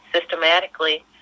systematically